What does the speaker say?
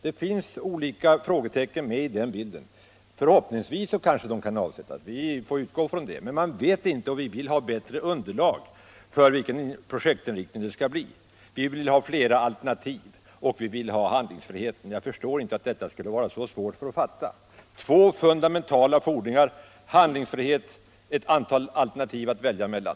Det finns oklara frågor i den bilden. Förhoppningsvis kan de avsättas, och vi får utgå från det. Men man vet inte detta, och vi vill ha bättre underlag vad beträffar projektets inriktning. Jag förstår inte att det skall vara så svårt att fatta våra två fundamentala krav på handlingsfrihet och ett antal alternativ att välja mellan!